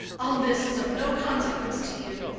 all this is of no consequence to you.